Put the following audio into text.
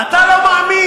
אתה לא מאמין.